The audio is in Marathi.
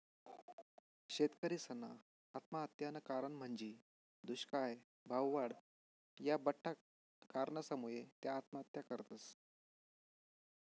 शेतकरीसना आत्महत्यानं कारण म्हंजी दुष्काय, भाववाढ, या बठ्ठा कारणसमुये त्या आत्महत्या करतस